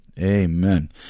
Amen